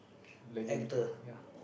legend from ya